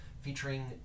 featuring